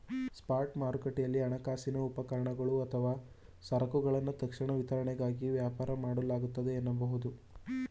spot ಮಾರುಕಟ್ಟೆಯಲ್ಲಿ ಹಣಕಾಸಿನ ಉಪಕರಣಗಳು ಅಥವಾ ಸರಕುಗಳನ್ನ ತಕ್ಷಣ ವಿತರಣೆಗಾಗಿ ವ್ಯಾಪಾರ ಮಾಡಲಾಗುತ್ತೆ ಎನ್ನಬಹುದು